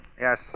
Yes